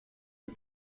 les